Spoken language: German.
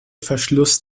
verschluss